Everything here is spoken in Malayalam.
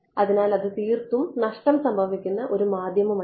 അതിനാൽ അത് തീർത്തും നഷ്ടം സംഭവിക്കുന്ന ഒരു മാധ്യമം അല്ല